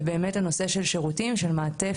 אבל באמת נושא השירותים למעטפת,